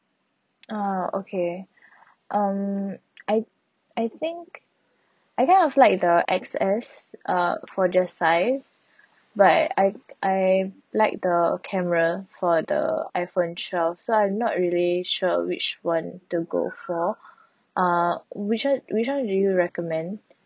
ah okay um I I think I kind of like the X_S uh for the size but I I like the camera for the iphone twelve so I'm not really sure which one to go for uh which one which one do you recommend